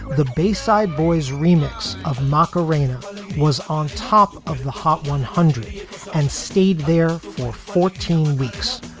the bayside boys remix of macarena was on top of the hot one hundred and stayed there for fourteen weeks.